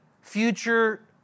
future